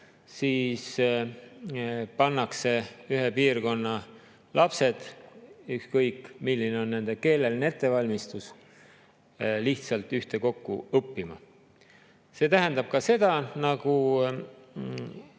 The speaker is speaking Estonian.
siis pannakse ühe piirkonna lapsed, ükskõik, milline on nende keeleline ettevalmistus, lihtsalt ühtekokku õppima. See tähendab ka seda, nagu